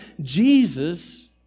Jesus